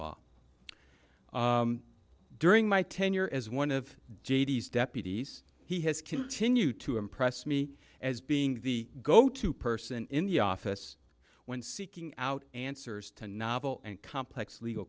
law during my tenure as one of j d s deputies he has continued to impress me as being the go to person in the office when seeking out answers to novel and complex legal